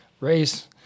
race